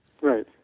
Right